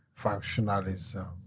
functionalism